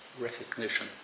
recognition